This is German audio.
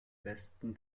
westen